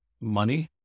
money